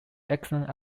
excellent